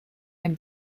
ein